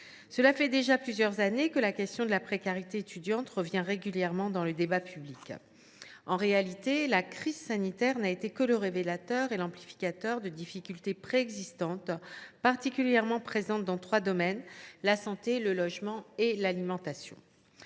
Cela fait déjà plusieurs années que la question de la précarité étudiante revient régulièrement dans le débat public. La crise sanitaire n’a été que le révélateur et l’amplificateur de difficultés préexistantes, particulièrement présentes dans trois domaines : la santé, le logement et l’alimentation.